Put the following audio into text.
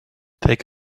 take